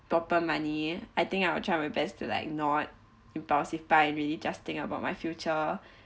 proper money I think I will try my best to like ignored impulsive buying just think about my future